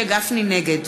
נגד